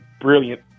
brilliant